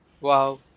Wow